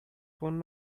phone